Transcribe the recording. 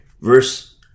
verse